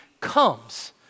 comes